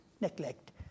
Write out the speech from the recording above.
neglect